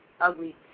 ugly